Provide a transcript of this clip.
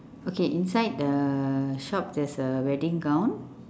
okay inside the shop there is a wedding gown